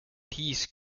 peace